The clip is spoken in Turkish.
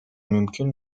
mümkün